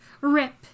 Rip